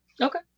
okay